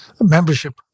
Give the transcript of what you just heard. Membership